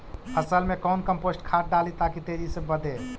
फसल मे कौन कम्पोस्ट खाद डाली ताकि तेजी से बदे?